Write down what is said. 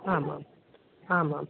आमाम् आमां